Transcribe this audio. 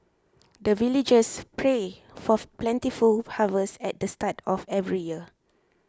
the villagers pray for plentiful harvest at the start of every year